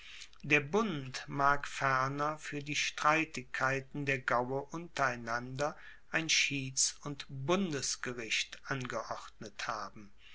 der bund mag ferner fuer die streitigkeiten der gaue untereinander ein schieds und bundesgericht angeordnet haben